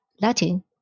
Latin